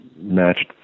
matched